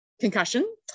concussion